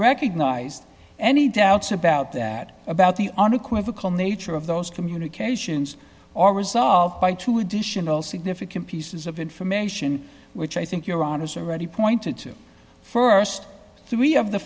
recognized any doubts about that about the unequivocal nature of those communications or resolved by two additional significant pieces of information which i think your honour's already pointed to st three of the